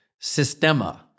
Sistema